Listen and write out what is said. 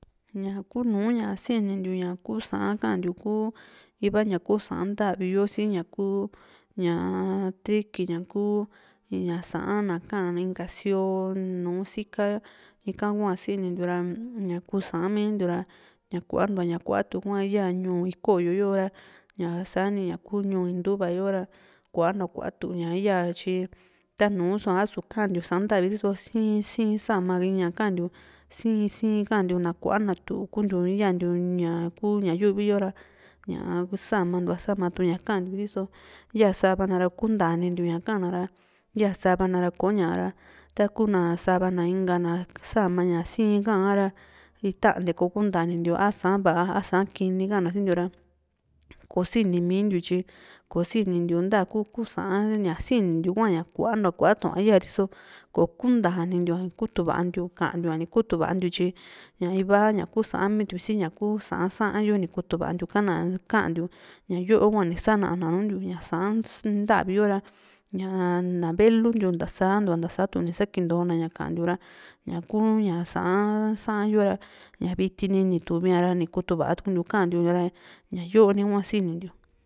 ña kuunu ña sinintiu ña kuu Sa'an kantiu kuu iva ña kuu Sa'an ndavi yo si ña kuu ñaa triqui ña ku ña Sa'an na´a inka sio nùù síkaa ika hua sinintiu ra ña ku Sa'an miintiu ra ña kuantua ña kuatu hua iya ñuu ikoyo yo´ra ñaa sani ña kuu ñuu intuba yo ra kuantua kuatu ña ña iyaa tyi tanuu soa a´su ka´an ntiu Sa'an ntavi ri so sii sii sa´ma iiña kantiu sii sii kantiu na kuantua kuatu kuntiu iyaa ntiu ñaku ña yu´vi yo ra ñaa samantua samatu ña kantiu riso yaa sava na ra kuntanintiu ña ka´an ra ya sava na ra kò´o ñaa ra taku na sava na inka na sama ña sii´n ka´an ra itante kò´o kuntani ntiu a Sa'an va´a a Sa'an kini ka´an na sintiu ra kosinimintiu tyi kosini ntiu ntaku ku Sa'an ña sinintu hua ña kuantua kuatua ya riso kò´o kuntanintiua ni kutu vaa ntiu ka´an ntiua in kutuvan tiu a tyi ña iva ña kuu Sa'an mintiu siña kuu Sa'an saan yo ni kutuvantiu kana ka´an nitiu ña yoo hua ni sana na nuntiu ña Sa'an ndavi yo ra ñaa na velu ntiu ntasantua ntasatu ni sakintona ña kantiu ra ña ku ña Sa'an san yo ra ña vitini ni tuvi´a ra ni kutuvatuntiu ka´an ntiu ra ña yo´ni hua sinintiu.